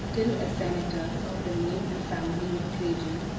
till a senator, of the name and family of trajan,